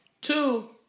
Two